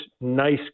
nice